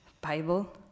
Bible